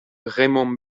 raimond